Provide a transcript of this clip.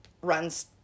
runs